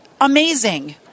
amazing